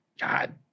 god